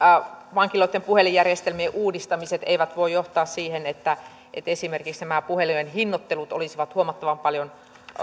vankiloitten puhelinjärjestelmien uudistamiset eivät voi johtaa siihen että että esimerkiksi nämä puhelujen hinnat olisivat huomattavan paljon